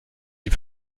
die